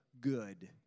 good